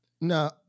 No